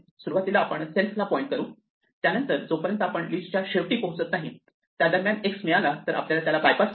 सुरुवातीला आपण सेल्फ ला पॉईंट करू त्यानंतर जोपर्यंत आपण लिस्ट च्या शेवटी पोहोचत नाही त्यादरम्यान x मिळाला तर आपण त्याला बायपास करून